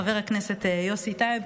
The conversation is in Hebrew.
חבר הכנסת יוסי טייב,